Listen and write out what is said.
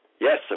Yes